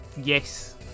yes